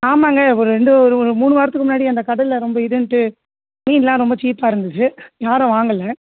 ஆமாம்ங்க ஒரு ரெண்டு ஒரு ஒரு மூணு வாரத்துக்கு முன்னாடி அந்த கடலில் ரொம்ப இதுன்ட்டு மீன் எல்லாம் ரொம்ப சீப்பாக இருந்துச்சு யாரும் வாங்கல